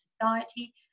society